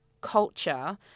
culture